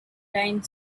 died